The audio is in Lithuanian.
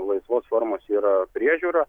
laisvos formos yra priežiūra